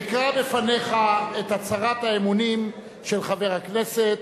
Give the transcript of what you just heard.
אקרא לפניך את הצהרת האמונים של חבר הכנסת,